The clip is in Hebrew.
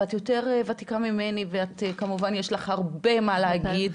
ואת יותר ותיקה ממני ואת כמובן יש לך הרבה מה להגיד.